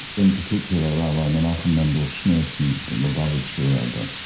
in particular rabbi menachem mendel schneerson, the lubavitcher rebbe,